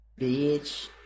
Bitch